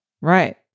right